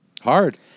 Hard